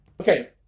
Okay